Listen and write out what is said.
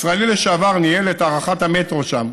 ישראלי לשעבר ניהל את הארכת המטרו שם,